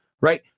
right